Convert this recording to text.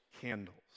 candles